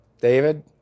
David